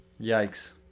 Yikes